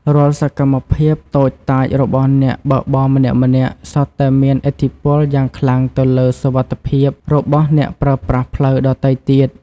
រាល់សកម្មភាពតូចតាចរបស់អ្នកបើកបរម្នាក់ៗសុទ្ធតែមានឥទ្ធិពលយ៉ាងខ្លាំងទៅលើសុវត្ថិភាពរបស់អ្នកប្រើប្រាស់ផ្លូវដ៏ទៃទៀត។